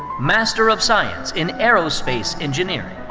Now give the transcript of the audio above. master of science in aerospace engineering.